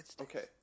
Okay